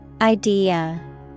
Idea